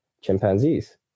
chimpanzees